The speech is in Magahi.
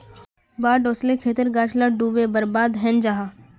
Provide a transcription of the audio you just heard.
बाढ़ ओस्ले खेतेर गाछ ला डूबे बर्बाद हैनं जाहा